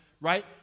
right